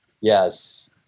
Yes